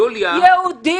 יוליה, יוליה.